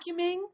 Vacuuming